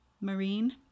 marine